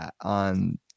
on